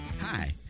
Hi